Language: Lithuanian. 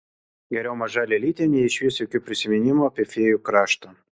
geriau maža lėlytė nei išvis jokių prisiminimų apie fėjų kraštą